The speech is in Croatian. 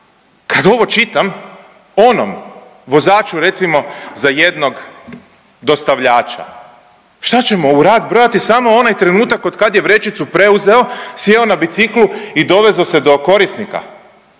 Kad ovo čitam onom vozaču recimo za jednog dostavljača šta ćemo u rad brojati samo onaj trenutak od kad je vrećicu preuzeo, sjeo na biciklu i dovezo se do korisnika.